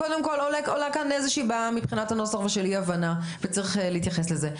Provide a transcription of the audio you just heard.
קודם כל עולה כאן איזה שהיא בעיה מבחינת הנוסח וצריך להתייחס לזה.